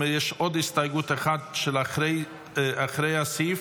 יש עוד הסתייגות אחת של אחרי הסעיף.